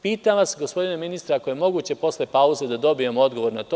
Pitam vas, gospodine ministre, ako je moguće posle pauze da dobijem odgovor na to.